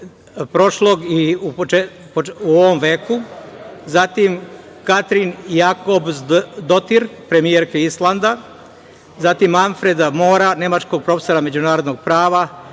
prošlog i u ovom veku, zatim Katrin Jakobsdoutir, premijerke Islanda, zatim Manfreda Mora, nemačkog profesora međunarodnog prava,